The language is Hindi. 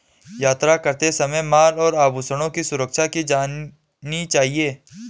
यात्रा करते समय माल और आभूषणों की सुरक्षा की जानी चाहिए